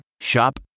Shop